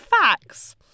facts